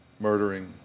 murdering